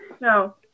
no